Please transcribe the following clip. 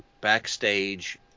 backstage